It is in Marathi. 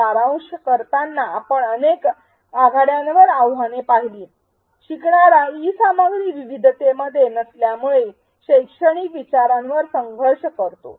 सारांश करताना आपण अनेक आघाड्यांवर आव्हाने पाहिली शिकणारा ई सामग्री विविधतेमध्ये नसल्यामुळे शैक्षणिक विचारांवर संघर्ष करतो